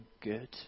good